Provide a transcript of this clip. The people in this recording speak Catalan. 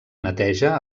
neteja